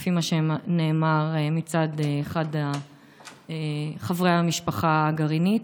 לפי מה שנאמר, מצד אחד מחברי משפחה הגרעינית.